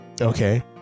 Okay